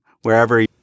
wherever